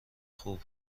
خوب